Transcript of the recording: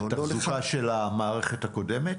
לתחזוקה של המערכת הקודמת?